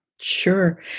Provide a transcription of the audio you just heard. Sure